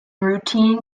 routine